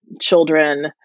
children